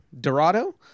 Dorado